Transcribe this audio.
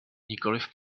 nikoli